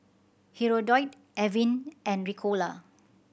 Hirudoid Avene and Ricola